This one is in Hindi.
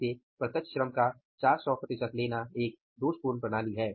इसे प्रत्यक्ष श्रम का 400 प्रतिशत लेना एक दोषपूर्ण प्रणाली है